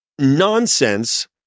nonsense